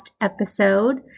episode